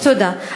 תודה.